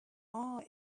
are